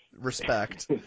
respect